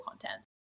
content